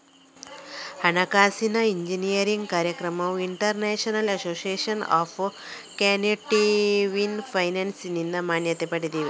ಹಣಕಾಸಿನ ಎಂಜಿನಿಯರಿಂಗ್ ಕಾರ್ಯಕ್ರಮಗಳು international association of quantitative ಫೈನಾನ್ಸಿನಿಂದ ಮಾನ್ಯತೆ ಪಡೆದಿವೆ